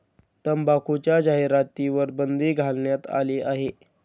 तंबाखूच्या जाहिरातींवर बंदी घालण्यात आली आहे